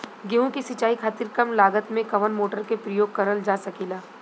गेहूँ के सिचाई खातीर कम लागत मे कवन मोटर के प्रयोग करल जा सकेला?